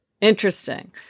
Interesting